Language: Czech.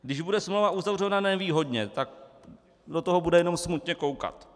Když bude smlouva uzavřena nevýhodně, tak do toho bude jenom smutně koukat.